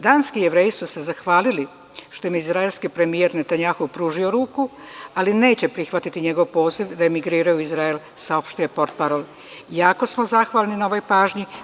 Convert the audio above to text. Danski Jevreji su se zahvalili što im je izraelski premijer Netanjahu pružio ruku, ali neće prihvatiti njegov poziv da emigriraju u Izrael, saopštio je portparol, jako smo zahvalni na ovoj pažnji.